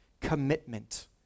commitment